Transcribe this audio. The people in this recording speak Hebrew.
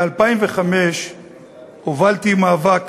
ב-2005 הובלתי מאבק